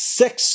six